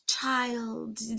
child